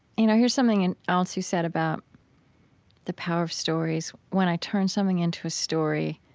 you know here's something and else you said about the power of stories when i turn something into a story,